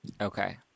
Okay